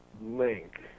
link